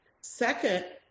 Second